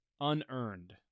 unearned